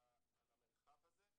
על המרחב הזה.